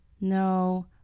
No